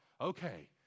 okay